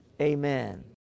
amen